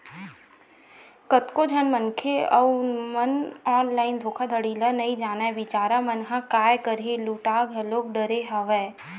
कतको झन मनखे जउन मन ऑनलाइन धोखाघड़ी ल नइ जानय बिचारा मन ह काय करही लूटा घलो डरे हवय